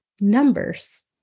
numbers